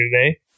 today